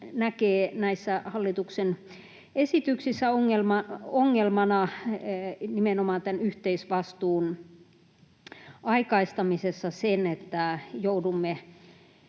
näkee näissä hallituksen esityksissä, nimenomaan tämän yhteisvastuun aikaistamisessa, ongelmana sen, että joudumme